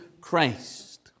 Christ